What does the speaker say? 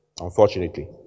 Unfortunately